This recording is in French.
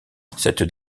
cette